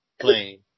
plane